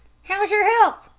how's your health?